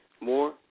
more